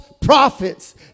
prophets